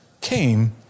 came